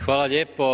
Hvala lijepo.